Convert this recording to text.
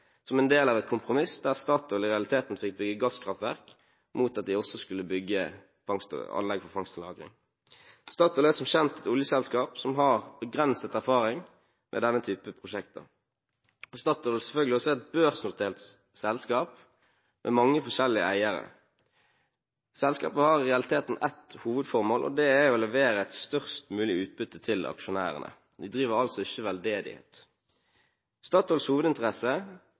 som en del av et kompromiss, der Statoil i realiteten fikk bygge gasskraftverk mot at de også skulle bygge anlegg for fangst og lagring. Statoil er som kjent et oljeselskap som har begrenset erfaring med denne typen prosjekter. Statoil er selvfølgelig også et børsnotert selskap med mange forskjellige eiere. Selskapet har i realiteten ett hovedformål, og det er å levere et størst mulig utbytte til aksjonærene. De driver ikke veldedighet. Statoils hovedinteresse,